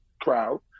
crowd